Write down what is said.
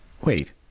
Wait